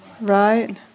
Right